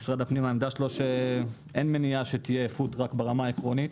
העמדה של משרד הפנים היא שאין מניעה שיהיו פוד-טראק ברמה העקרונית